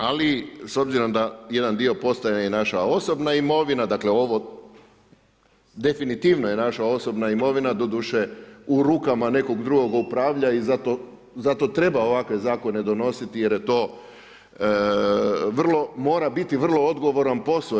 Ali s obzirom da jedan dio postaje i naša osobna imovina, dakle ovo definitivno je naša osobna imovina, doduše u rukama nekog drugog tko upravlja i zato treba ovakve zakone donositi jer je to vrlo, mora biti vrlo odgovoran posao.